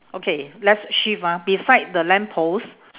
okay let's shift ah beside the lamp post